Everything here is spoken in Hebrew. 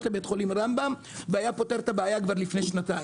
לבית חולים רמב"ם והיה פותר את הבעיה לפני שנתיים.